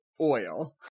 oil